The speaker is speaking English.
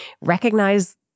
recognize